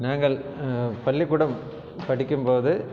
நாங்கள் பள்ளிக்கூடம் படிக்கும்போது